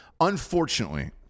Unfortunately